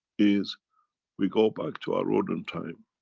is we go back to our rodent time.